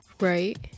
right